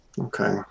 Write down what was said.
okay